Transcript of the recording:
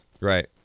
Right